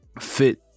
fit